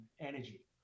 Energy